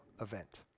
event